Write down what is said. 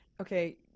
okay